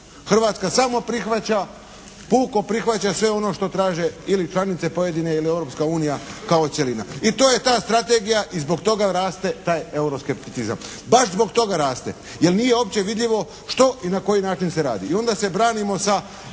Hrvatska samo prihvaća, puko prihvaća sve ono što traže ili članice pojedine ili Europska unija kao cjelina. I to je ta strategija i zbog toga raste taj euroskepticizam. Baš zbog toga raste jer nije uopće vidljivo što i na koji način se radi. I onda se branimo sa